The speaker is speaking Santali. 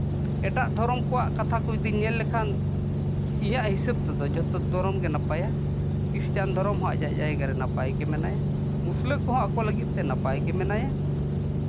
ᱮᱴᱟᱜ ᱫᱷᱚᱨᱚᱢ ᱠᱚᱣᱟᱜ ᱠᱟᱛᱷᱟ ᱠᱚ ᱡᱩᱫᱤ ᱧᱮᱞ ᱞᱮᱠᱷᱟᱱ ᱤᱧᱟᱹᱜ ᱦᱤᱥᱟᱹᱵ ᱛᱮᱫᱚ ᱡᱚᱛᱚ ᱫᱷᱚᱨᱚᱢ ᱜᱮ ᱱᱟᱯᱟᱭᱟ ᱠᱷᱨᱤᱥᱪᱟᱱ ᱫᱷᱚᱨᱚᱢ ᱦᱚᱸ ᱟᱭᱟᱜ ᱡᱟᱭᱜᱟ ᱨᱮ ᱱᱟᱯᱟᱭ ᱜᱮ ᱢᱮᱱᱟᱭᱟ ᱢᱩᱥᱞᱟᱹ ᱠᱚᱦᱚᱸ ᱟᱠᱚ ᱞᱟᱹᱜᱤᱫ ᱛᱮ ᱱᱟᱯᱟᱭ ᱜᱮ ᱢᱮᱱᱟᱭᱟ